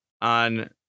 on